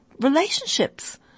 relationships